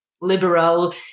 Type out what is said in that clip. liberal